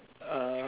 uh